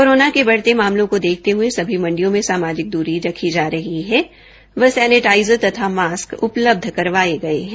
corona के बढ़ते मामलों को देखते हुए सभी मंडियों में सामाजिक दूरी रखी जा रही है व सेनीटाइजर तथा मॉस्क उपलब्ध करवाए गए हैं